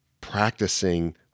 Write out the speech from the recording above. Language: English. practicing